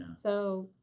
so,